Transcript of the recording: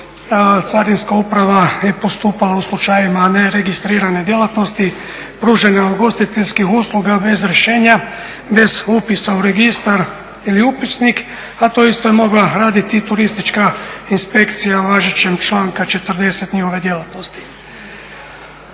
Carinska uprava je postupala u slučajevima neregistrirane djelatnosti pružanja ugostiteljskih usluga bez rješenja, bez upisa u registar ili upisnik, a to isto je mogla raditi i Turistička inspekcija važećeg članka 40. njihove djelatnosti.